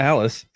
Alice